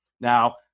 Now